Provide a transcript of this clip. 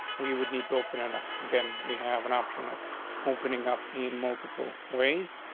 we would need to open it up again. we have an option of opening up in multiple ways.